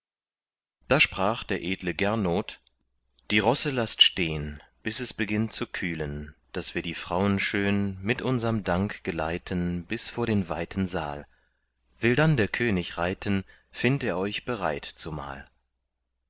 da sprach der edle gernot die rosse laßt stehn bis es beginnt zu kühlen daß wir die frauen schön mit unserm dank geleiten bis vor den weiten saal will dann der könig reiten find er euch bereit zumal